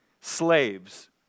slaves